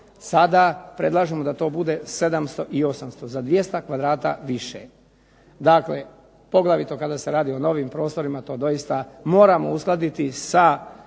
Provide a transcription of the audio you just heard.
sada predlažemo da to bude 700 i 800, za 200 kvadrata više. Dakle poglavito kada se radi o novim prostorima, to doista moramo uskladiti sa